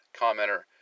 commenter